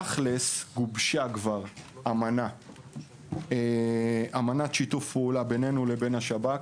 גובשה אמנת שיתוף פעולה בינינו לבין השב"כ.